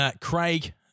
Craig